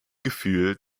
gefühl